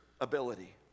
ability